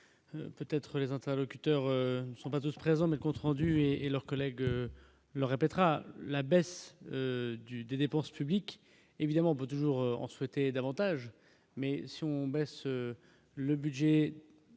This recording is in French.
peut-être les interlocuteurs ne sont pas tous présents mais compte rendu et leurs collègues le répétera la baisse du des dépenses publiques, évidemment on peut toujours en souhaitait davantage mais si on baisse le budget